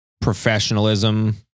professionalism